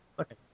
okay